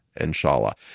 Inshallah